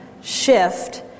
shift